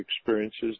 experiences